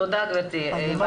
תודה, גברתי.